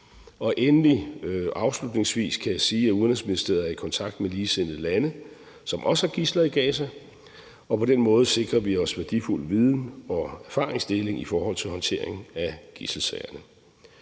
kan jeg sige, at Udenrigsministeriet er i kontakt med ligesindede lande, som også har gidsler i Gaza, og på den måde sikrer vi os værdifuld viden og erfaringsdeling i forhold til håndtering af gidselsagerne.